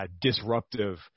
disruptive